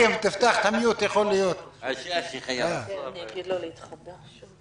הבעיה שלנו זה מי נבדק.